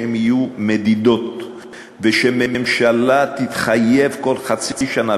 שהן יהיו מדידות ושהממשלה תתחייב בכל חצי שנה,